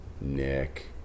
Nick